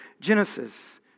Genesis